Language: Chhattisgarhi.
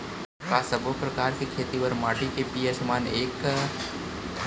का सब्बो प्रकार के खेती बर माटी के पी.एच मान ह एकै होथे?